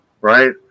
right